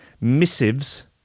missives